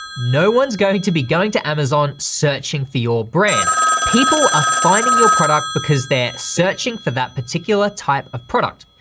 no one's going to be going to amazon searching for your brand. people are ah finding your product because they're searching for that particular type of product.